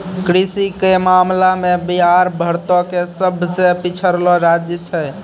कृषि के मामला मे बिहार भारतो के सभ से पिछड़लो राज्य छै